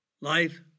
life